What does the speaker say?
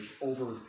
over